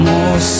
More